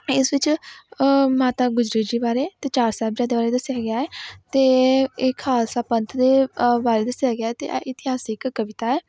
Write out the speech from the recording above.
ਇਸ ਵਿੱਚ ਮਾਤਾ ਗੁਜਰੀ ਜੀ ਬਾਰੇ ਅਤੇ ਚਾਰ ਸਾਹਿਬਜ਼ਾਦਿਆਂ ਬਾਰੇ ਦੱਸਿਆ ਗਿਆ ਹੈ ਅਤੇ ਇਹ ਖਾਲਸਾ ਪੰਥ ਦੇ ਬਾਰੇ ਦੱਸਿਆ ਗਿਆ ਅਤੇ ਇਹ ਇਤਿਹਾਸਿਕ ਕਵਿਤਾ ਹੈ